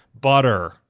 butter